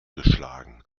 geschlagen